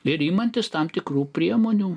ir imantis tam tikrų priemonių